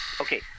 okay